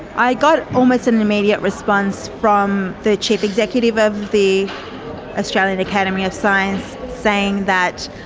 i got almost an immediate response from the chief executive of the australian academy of science saying that